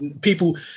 people